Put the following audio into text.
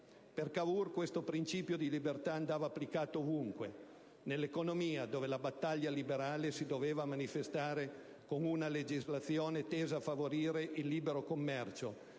Per Cavour questo principio di libertà andava applicato ovunque: nell'economia, dove la battaglia liberale si doveva manifestare con una legislazione tesa a favorire il libero commercio